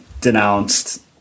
denounced